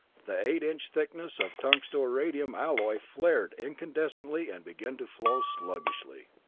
the eight-inch thickness of tungsto-iridium alloy flared incandescently and began to flow sluggishly.